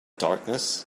darkness